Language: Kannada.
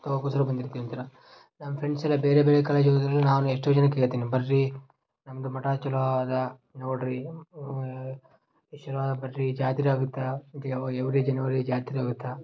ತಗೊಕ್ಕೋಸ್ಕರ ಬಂದಿರ್ತೀವ್ ಅಂತೀರ ನಮ್ಮ ಫ್ರೆಂಡ್ಸ್ ಎಲ್ಲ ಬೇರೆ ಬೇರೆ ಕಾಲೇಜಿಗೆ ಹೋಗಿದಾರ್ ನಾನು ಎಷ್ಟೋ ಜನಕ್ಕೆ ಹೇಳ್ತಿನಿ ಬರ್ರಿ ನಮ್ಮದು ಮಠ ಚಲೋ ಅದ ನೋಡಿರಿ ಈ ಶನಿವಾರ ಬರ್ರಿ ಜಾತ್ರೆ ಆಗುತ್ತಾ ಎವ್ರಿ ಜನ್ವರಿ ಜಾತ್ರೆ ಆಗುತ್ತೆ